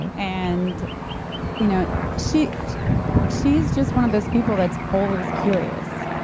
and and you know she's she's just one of those people that's always curious.